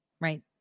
right